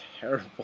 terrible